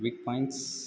weak points